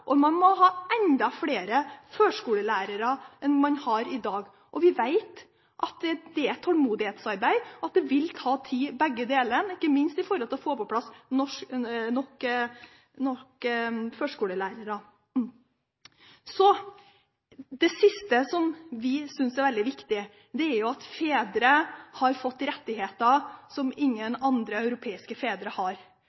enn man gjør i dag, og man må ha enda flere førskolelærere enn man har i dag. Vi vet at det er et tålmodighetsarbeid, og at begge deler vil ta tid, ikke minst å få på plass nok førskolelærere. Det siste som vi synes er veldig viktig, er at fedre har fått rettigheter som ingen